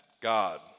God